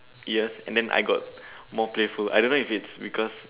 years and then I got more playful I don't know if it's because